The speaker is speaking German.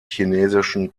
chinesischen